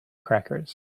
crackers